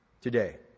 today